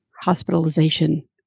hospitalization